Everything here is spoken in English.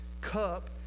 cup